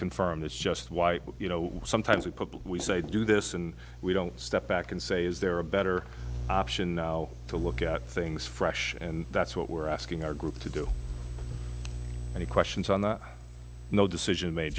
confirmed is just why you know sometimes we put we say do this and we don't step back and say is there a better option to look at things fresh and that's what we're asking our group to do any questions on the no decision made